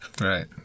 right